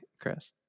Chris